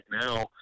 now